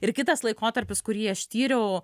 ir kitas laikotarpis kurį aš tyriau